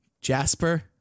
Jasper